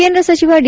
ಕೇಂದ್ರ ಸಚಿವ ಡಿ